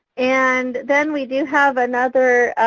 and then we do have another.